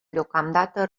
deocamdată